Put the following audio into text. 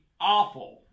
awful